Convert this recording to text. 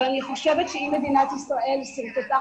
אבל אני חושבת שאם מדינת ישראל שרטטה